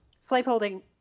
slaveholding